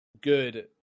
good